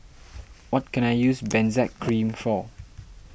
what can I use Benzac Cream for